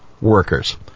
workers